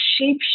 shape